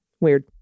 weird